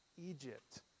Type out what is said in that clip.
Egypt